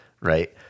Right